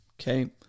okay